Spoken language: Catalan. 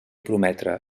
prometre